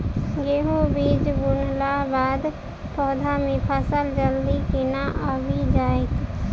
गेंहूँ बीज बुनला बाद पौधा मे फसल जल्दी केना आबि जाइत?